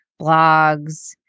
blogs